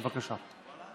בבקשה.